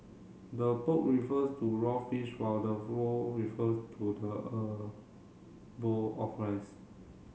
the poke refers to raw fish while the bowl refers to the er bowl of rice